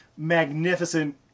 magnificent